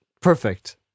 Perfect